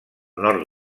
nord